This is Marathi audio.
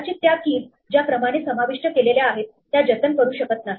कदाचित त्या keys ज्या क्रमाने समाविष्ट केलेल्या आहेत त्या जतन करू शकत नाही